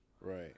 Right